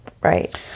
right